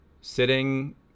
sitting